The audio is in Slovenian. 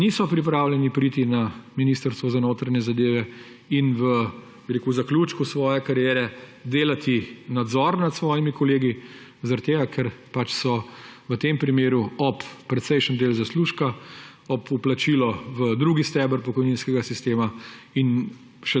niso pripravljeni priti na Ministrstvo za notranje zadeve in v zaključku svoje kariere delati nadzor nad svojimi kolegi, ker so v tem primeru ob precejšnji del zaslužka, ob vplačilo v drugi steber pokojninskega sistema in